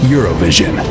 Eurovision